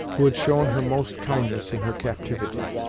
who had shown her most kindness in her captivity,